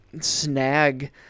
snag